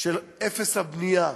של אפס בנייה,